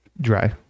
Dry